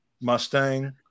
Mustang